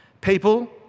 People